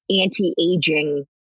anti-aging